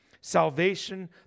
salvation